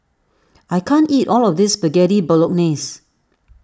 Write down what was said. I can't eat all of this Spaghetti Bolognese